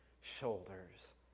shoulders